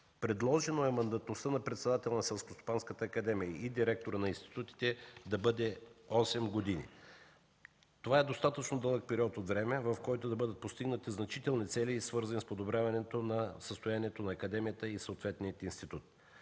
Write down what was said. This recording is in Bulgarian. Предложено е мандатността на председателя на Селскостопанската академия и директорите на институтите да бъде осем години. Това е достатъчно дълъг период от време, в който да бъдат постигнати значителни цели, свързани с подобряването на състоянието на Академията и съответния институт.